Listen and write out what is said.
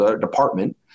department